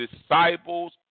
disciples